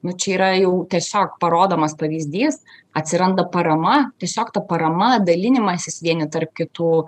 nu čia yra jau tiesiog parodomas pavyzdys atsiranda parama tiesiog ta parama dalinimasis vieni tarp kitų